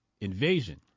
invasion